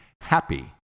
happy